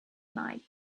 night